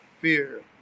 Fear